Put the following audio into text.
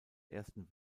ersten